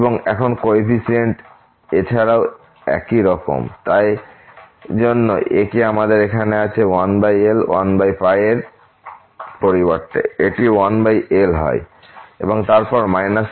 এবং এখন কোফিসিয়েন্টস এছাড়াও একই রকম তাইজন্য ak আমাদের এখানে আছে 1l 1 এর পরিবর্তে